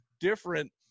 different